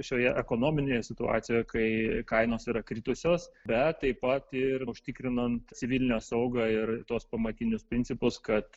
šioje ekonominėje situacijoje kai kainos yra kritusios bet taip pat ir užtikrinant civilinę saugą ir tuos pamatinius principus kad